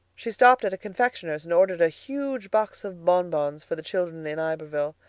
she stopped at a confectioner's and ordered a huge box of bonbons for the children in iberville.